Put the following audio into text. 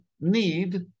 need